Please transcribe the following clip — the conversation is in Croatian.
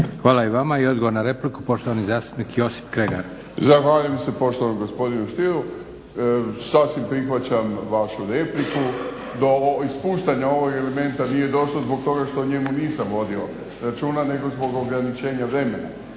Hvala i vama. I odgovor na repliku, poštovani zastupnik Josip Kregar. **Kregar, Josip (Nezavisni)** Zahvaljujem se poštovanom gospodinu Stieru, sasvim prihvaćam vašu repliku. Do ispuštanja ovog elementa nije došlo zbog toga što o njemu nisam vodio računa nego zbog ograničenja vremena.